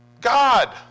God